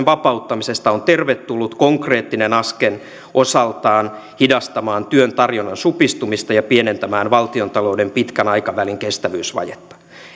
vapauttamisesta on tervetullut konkreettinen askel osaltaan hidastamaan työn tarjonnan supistumista ja pienentämään valtiontalouden pitkän aikavälin kestävyysvajetta